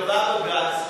קבע בג"ץ,